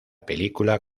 película